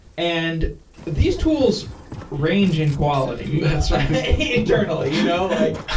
and these tools range in quality that's right internally. you know like